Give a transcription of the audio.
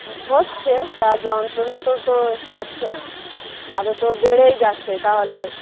ও হচ্ছে তা যন্ত্রণা তো তো সারছে না আরও তো বেড়েই যাচ্ছে তাহলে